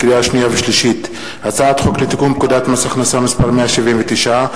לקריאה שנייה וקריאה שלישית: הצעת חוק לתיקון פקודת מס הכנסה (מס' 179),